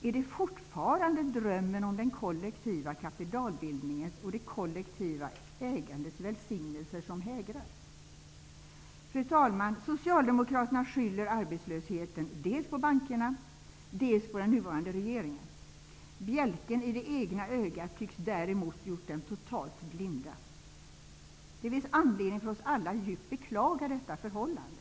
Är det fortfarande drömmen om den kollektiva kapitalbildningens och det kollektiva ägandets välsignelser som hägrar? Fru talman! Socialdemokraterna skyller arbetslösheten på dels bankerna, dels den nuvarande regeringen. Bjälken i det egna ögat tycks däremot ha gjort dem totalt blinda. Det finns anledning för oss alla att djupt beklaga detta förhållande.